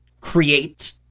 create